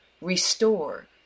restore